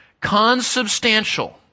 consubstantial